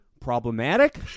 problematic